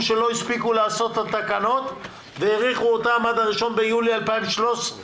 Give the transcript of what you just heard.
שלא הספיקו לעשות את התקנות והאריכו עד 1 ביולי 2013,